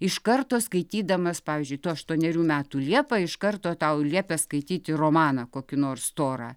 iš karto skaitydamas pavyzdžiui tų aštuonerių metų liepa iš karto tau liepia skaityti romaną kokį nors storą